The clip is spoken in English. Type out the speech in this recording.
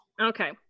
Okay